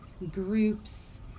groups